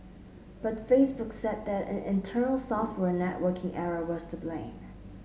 but Facebook said that an internal software networking error was to blame